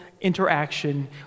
interaction